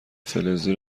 فلزی